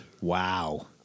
Wow